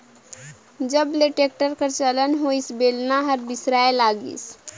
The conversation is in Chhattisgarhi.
जब ले टेक्टर कर चलन होइस बेलना हर बिसराय लगिस